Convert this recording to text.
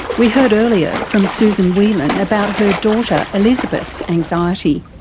we heard earlier from susan whelan about her daughter elizabeth's anxiety.